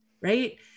right